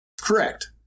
Correct